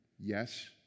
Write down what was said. yes